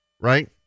right